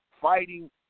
fighting